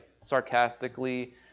sarcastically